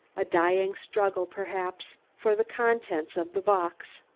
a dying struggle, perhaps, for the contents of the box,